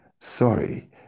Sorry